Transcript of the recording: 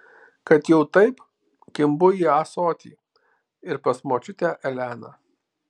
kad jau taip kimbu į ąsotį ir pas močiutę eleną